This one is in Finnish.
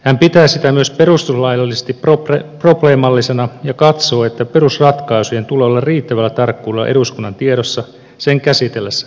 hän pitää sitä myös perustuslaillisesti probleemallisena ja katsoo että perusratkaisujen tulee olla riittävällä tarkkuudella eduskunnan tiedossa sen käsitellessä kuntarakennelakia